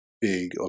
Big